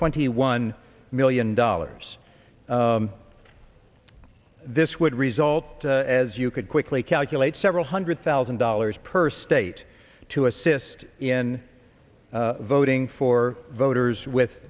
twenty one million dollars this would result as you could quickly calculate several hundred thousand dollars per state to assist in voting for voters with